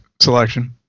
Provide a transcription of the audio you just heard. selection